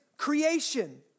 Creation